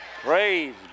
Praise